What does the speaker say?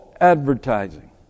advertising